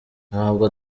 ntabwo